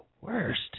worst